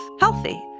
healthy